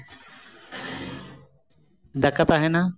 ᱫᱟᱠᱟ ᱛᱟᱦᱮᱱᱟ